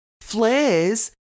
flares